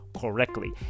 correctly